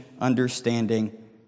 understanding